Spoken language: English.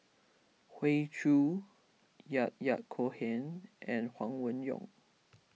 Hoey Choo Yahya Cohen and Huang Wenhong